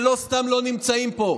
שלא סתם הם לא נמצאים פה.